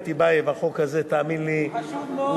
החוק הזה, תאמין לי, חשוב מאוד.